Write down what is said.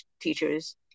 teachers